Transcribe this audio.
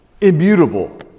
immutable